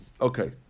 Okay